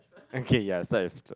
okay ya so I have to